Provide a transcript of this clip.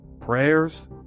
Prayers